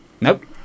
Nope